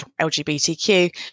LGBTQ